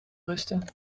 rusten